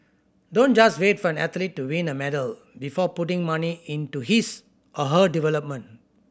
don't just wait for an athlete to win a medal before putting money into his or her development